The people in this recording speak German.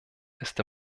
ist